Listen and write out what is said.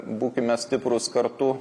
būkime stiprūs kartu